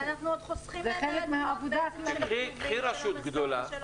זו חלק מהעבודה הרגילה שלו.